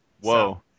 Whoa